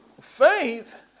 faith